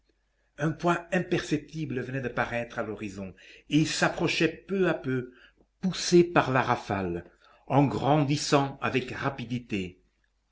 un point imperceptible venait de paraître à l'horizon et s'approchait peu à peu poussé par la rafale en grandissant avec rapidité